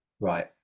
right